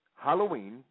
Halloween